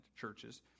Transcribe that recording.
churches